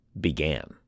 began